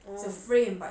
oh